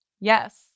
Yes